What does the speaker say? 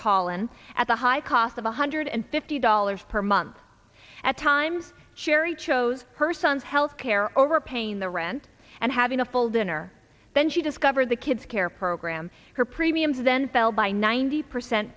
kallen at the high cost of a hundred and fifty dollars per month at times cheri chose her son's health care over paying the rent and having a full dinner then she discovered the kids care program her premiums then fell by ninety percent